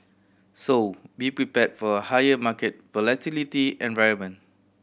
so be prepared for a higher market volatility environment